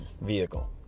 vehicle